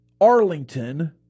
Arlington